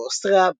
באוסטריה,